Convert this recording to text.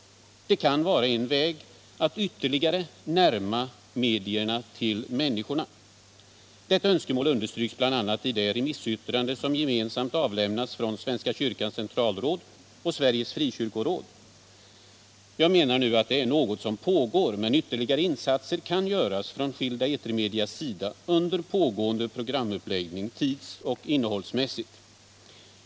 Det kan vara en väg att ytterligare närma medierna till människorna. Detta önskemål understryks bl.a. i det remissyttrande som gemensamt avlämnats från Svenska kyrkans centralråd och Sveriges Frikyrkoråd. Jag menar att det är något som pågår, men ytterligare insatser kan göras från skilda etermedias sida under pågående programuppläggning tidsoch innehållsmässigt.